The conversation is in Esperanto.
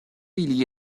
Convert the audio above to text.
ili